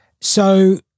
So-